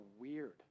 weird